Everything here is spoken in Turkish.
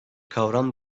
kavram